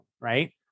right